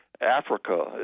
Africa